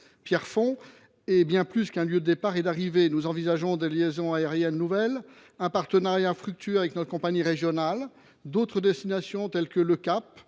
Pierrefonds est bien plus qu’un lieu de départ et d’arrivée. Nous envisageons des liaisons aériennes nouvelles, un partenariat fructueux avec notre compagnie régionale, d’autres destinations, telles que Le Cap,